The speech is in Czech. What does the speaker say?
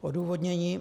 Odůvodnění.